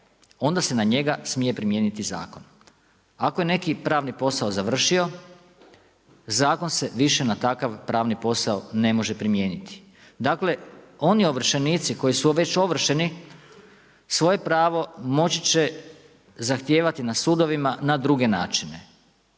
onda se na njega smije primijeniti zakon. Ako je neki pravni posao završio, zakon se više na takav pravni posao ne može primijeniti. Dakle, oni ovršenici, koji su već ovršeni, svoje pravo moći će zahtijevati na sudovima na druge načine.